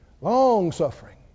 long-suffering